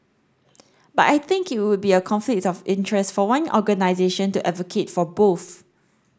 but I think it would be a conflict of interest for one organisation to advocate for both